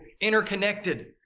interconnected